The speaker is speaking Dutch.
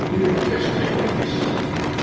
nu t kersttijd is